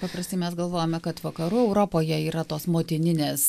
paprastai mes galvojame kad vakarų europoje yra tos motininės